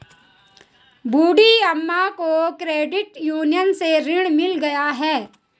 बूढ़ी अम्मा को credit union से ऋण मिल गया है